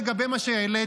לגבי מה שהעלית,